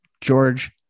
George